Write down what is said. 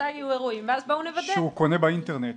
כשהוא קונה באינטרנט.